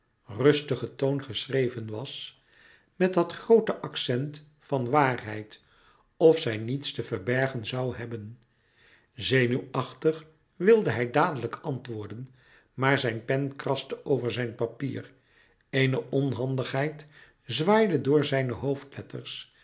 rustigen toon geschreven was met dat groote accent van waarheid of zij niets te verbergen zoû hebben zenuwachtig wilde hij dadelijk antwoorden maar zijn pen kratste over zijn papier eene onhandigheid zwaaide door zijne hoofdletters